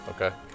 Okay